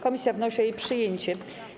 Komisja wnosi o jej przyjęcie.